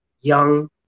young